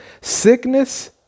Sickness